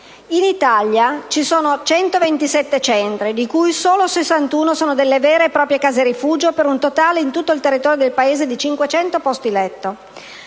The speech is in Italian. In Italia ci sono 127 centri, di cui solo 61 sono delle vere e proprie case rifugio, per un totale in tutto il territorio del Paese di 500 posti letto.